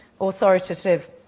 authoritative